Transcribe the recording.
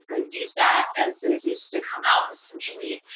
but of used that as an excuse to come out, essentially.